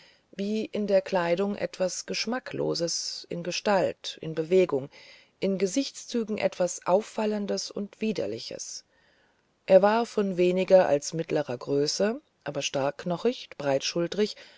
wie in der kleidung etwas geschmackloses in gestalt in bewegungen in gesichtszügen etwas auffallendes und widerliches er war von weniger als mittlerer größe aber starkknochicht breitschulterig